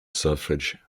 suffrage